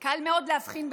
קל מאוד להבחין בזה.